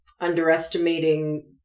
underestimating